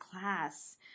class